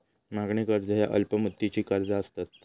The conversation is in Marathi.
मागणी कर्ज ह्या अल्प मुदतीची कर्जा असतत